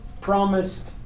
promised